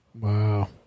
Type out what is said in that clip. Wow